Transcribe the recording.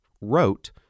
wrote